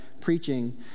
preaching